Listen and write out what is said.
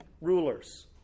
rulers